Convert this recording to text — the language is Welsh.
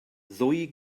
ddwy